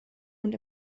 und